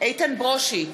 איתן ברושי,